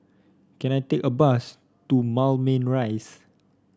can I take a bus to Moulmein Rise